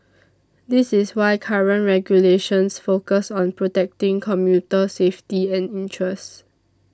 this is why current regulations focus on protecting commuter safety and interests